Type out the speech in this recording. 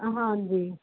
ਹਾਂਜੀ